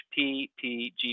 PPGP